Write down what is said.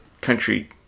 country